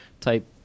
type